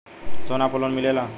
सोना पर लोन मिलेला?